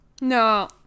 No